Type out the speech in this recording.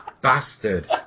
bastard